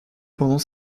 pendant